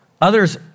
others